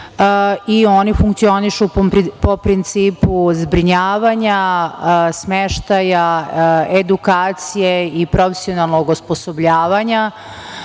i oni funkcionišu po principu zbrinjavanja, smeštaja, edukacije i profesionalnog osposobljavanja